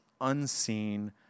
unseen